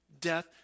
death